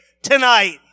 tonight